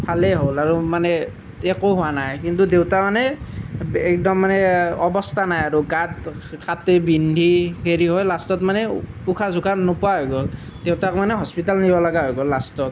ভালেই হ'ল আৰু মানে একো হোৱা নাই কিন্তু দেউতা মানে একদম মানে অৱস্থা নাই আৰু গাত কাটি বিন্ধি হেৰি হৈ লাষ্টত মানে উশাহ চোশাহ নোপোৱা হৈ গ'ল দেউতাক মানে হস্পিটেল নিব লগা হৈ গ'ল লাষ্টত